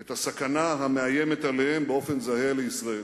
את הסכנה המאיימת עליהם באופן זהה לישראל.